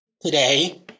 today